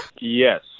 Yes